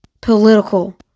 political